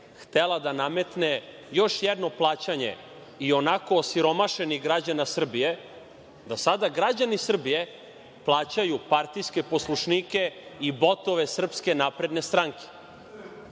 htela da nametne još jedno plaćanje i onako osiromašenih građana Srbije, da sada građani Srbije plaćaju partijske poslušnike i botove SNS. Vi ste